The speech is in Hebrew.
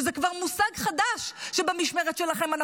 זה כבר מושג חדש שקיבלנו במשמרת שלכם,